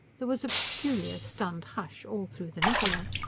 there was a peculiar, stunned hush all through the niccola.